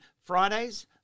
Fridays